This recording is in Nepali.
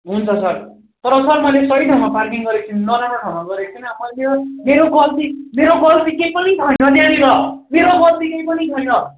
हुन्छ सर तर सर मैले सही ठाउँमा पार्किङ गरेको थिएँ नराम्रो ठाउँमा गरेको थिइनँ मेरो गल्ती मेरो गल्ती केही पनि छैन त्यहाँनेर मेरो गल्ती केही पनि छैन